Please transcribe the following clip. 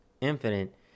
infinite